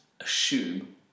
assume